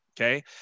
okay